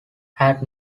had